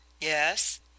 yes